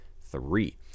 three